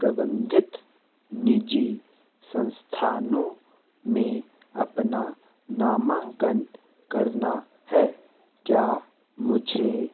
प्रबंधित निजी संस्थानों में अपना नामांकन करना है क्या मुझे शैक्षणिक